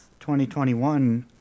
2021